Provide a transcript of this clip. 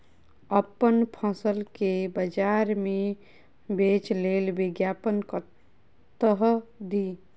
अप्पन फसल केँ बजार मे बेच लेल विज्ञापन कतह दी?